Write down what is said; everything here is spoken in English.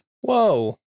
Whoa